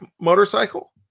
motorcycle